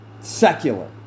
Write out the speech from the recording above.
secular